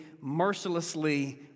mercilessly